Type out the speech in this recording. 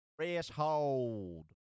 Threshold